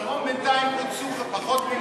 בדרום בינתיים פוצו בפחות ממיליארד.